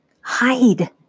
hide